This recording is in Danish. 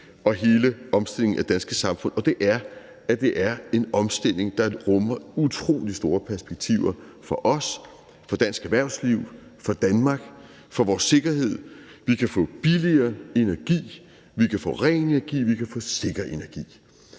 og hele omstillingen af det danske samfund, og det er, at det er en omstilling, der rummer nogle utrolig store perspektiver for os, for dansk erhvervsliv, for Danmark, for vores sikkerhed. Vi kan få billigere energi, vi kan få ren energi, og vi kan få sikker energi;